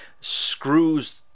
screws